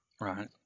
Right